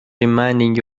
demanding